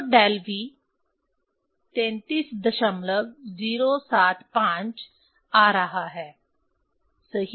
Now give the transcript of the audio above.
तो Dell v 33075 आ रहा है सही